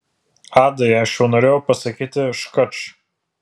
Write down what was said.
adai aš jau norėjau pasakyti škač